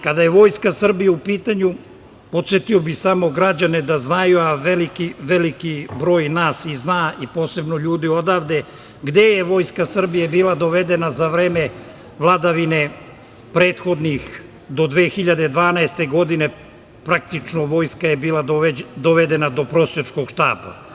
Kada je Vojska Srbije u pitanju, podsetio bih samo građane da znaju, a veliki broj nas i zna, posebno ljudi odavde, gde je Vojska Srbije bila dovedena za vreme vladavine prethodnih, do 2012. godine praktično Vojska Srbije je bila dovedena do prosjačkog štapa.